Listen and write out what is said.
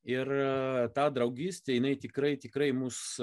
ir ta draugystė jinai tikrai tikrai mus